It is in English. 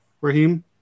Raheem